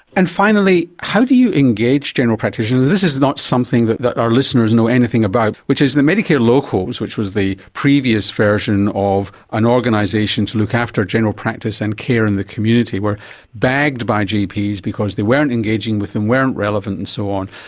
and finally, how do you engage general practitioners? this is not something that that our listeners know anything about, which is that medicare locals, which was the previous version of an organisation to look after general practice and care in the community were bagged by gps because they weren't engaging with them, weren't relevant and so on.